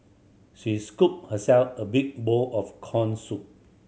she scooped herself a big bowl of corn soup